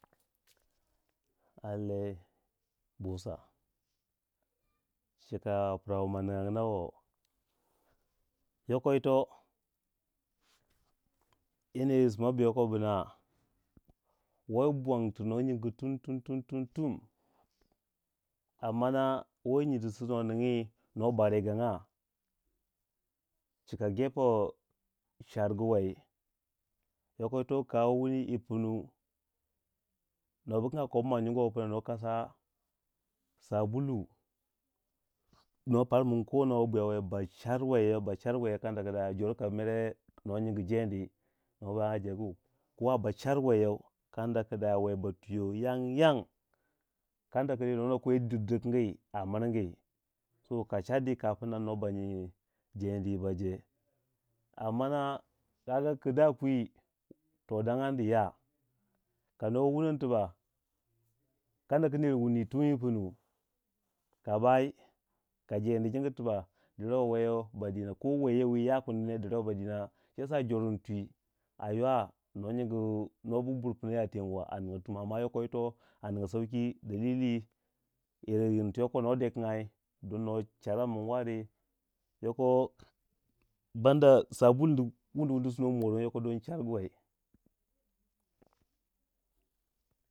Lallai bu wusa chika pra wu ma ningya ngyina wo yoko yi to yanayi sima bu yoko bina wo yi buwangyi tu nuwa nyingi tum tu tum ammana wo yi nyindi su no ningyi nuwa ba reganga chika gefe chargu wei, yoko yito ka wuni yi pinu nuwo bu kanga ko po ma nyingu wei pma nuwa kasa sabulu nuwa parman ko wono ba bwiya wei, ba char wei yau ba char wei kanda ku dayau jor ka mere nuwa nyingi jeendi nuwa ba ngya jeegu kowa ba char weiyau kanda ku dayau wei ba twiyo yana yargu kanda ku nuwa na kwe dir ammana kaga kwi to dangyandi ya ka nuwo wunoni tibak kanda ner wuni to yi pinwu ka bayi ka jeendi nyingi tibak deruwei yau ba dino ko weiya wi yo kundi ne derruwe ba dina shiyasa jorin twi a ywa nuwa nyingu nuwa bu burpna ya teng wa a ningya tum amma yoko yito a ninga sauki dalili yirin tu yoko nuwa dekangyai ding nuwa chara man wari yoko banda sabulu wundu wundu nuwa suno moroni don charguwei.